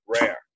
rare